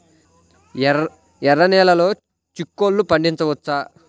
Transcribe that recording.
ఎర్ర నెలలో చిక్కుల్లో పండించవచ్చా?